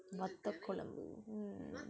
வத்தக் கொழம்பு: